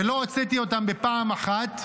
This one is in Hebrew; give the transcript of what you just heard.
ולא הוצאתי אותן בפעם אחת,